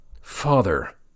Father